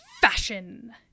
fashion